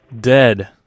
Dead